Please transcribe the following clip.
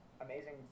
amazing